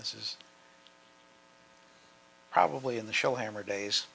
this is probably in the show hammer days